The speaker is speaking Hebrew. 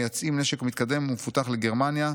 מייצאים נשק מתקדם ומפותח לגרמניה,